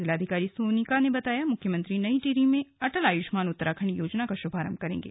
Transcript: जिलाधिकारी सोनिका ने बताया कि मुख्यमंत्री नई टिहरी में अटल आयुष्मान उत्तराखण्ड योजना का शुभारम्भ करेंगे